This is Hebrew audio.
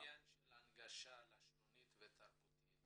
מה העניין של הנגשה לשונית ותרבותית.